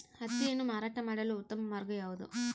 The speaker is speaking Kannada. ಹತ್ತಿಯನ್ನು ಮಾರಾಟ ಮಾಡಲು ಉತ್ತಮ ಮಾರ್ಗ ಯಾವುದು?